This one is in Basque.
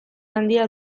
handia